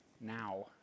now